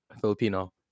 Filipino